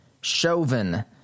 Chauvin